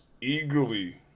eagerly